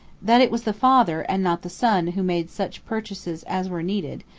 that it was the father and not the son who made such purchases as were needed,